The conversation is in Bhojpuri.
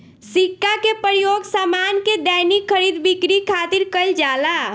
सिक्का के प्रयोग सामान के दैनिक खरीद बिक्री खातिर कईल जाला